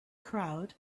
crowd